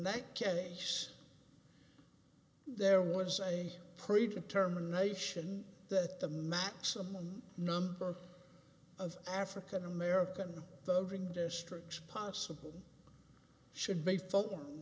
that case there was a predetermination that the maximum number of african american serving districts possible should be f